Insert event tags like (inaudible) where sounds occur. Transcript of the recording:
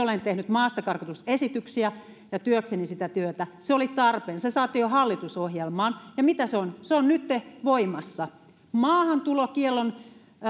(unintelligible) olen tehnyt maastakarkoitusesityksiä ja työkseni sitä työtä se oli tarpeen ja se saatiin jo hallitusohjelmaan ja mitä se on se on nytten voimassa maahantulokiellon